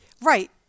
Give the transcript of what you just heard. Right